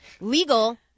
Legal